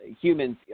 humans